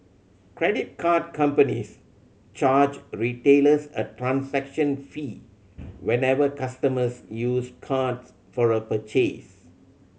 credit card companies charge retailers a transaction fee whenever customers use cards for a purchase